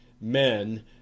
men